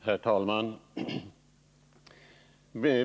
Herr talman!